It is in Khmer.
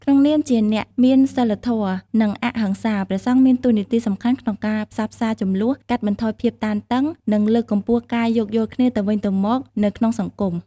ក្នុងនាមជាអ្នកមានសីលធម៌ និងអហិង្សា ព្រះសង្ឃមានតួនាទីសំខាន់ក្នុងការផ្សះផ្សាជម្លោះ កាត់បន្ថយភាពតានតឹង និងលើកកម្ពស់ការយោគយល់គ្នាទៅវិញទៅមកនៅក្នុងសង្គម។